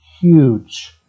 huge